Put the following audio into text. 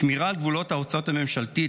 שמירה על גבולות ההוצאות הממשלתיות,